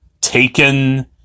taken